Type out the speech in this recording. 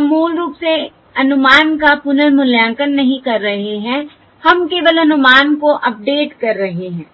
हम मूल रूप से अनुमान का पुनर्मूल्यांकन नहीं कर रहे हैं हम केवल अनुमान को अपडेट कर रहे हैं